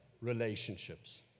relationships